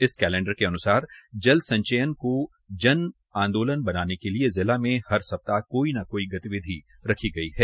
इस कैलेंडर के अनुसार जल संचयन को जन ऑदोलन बनाने के लिए जिला में हर सप्ताह कोई न कोई गतिविधि रखी गई है